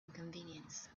inconvenience